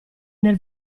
nel